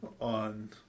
on